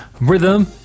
Rhythm